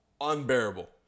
unbearable